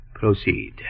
Proceed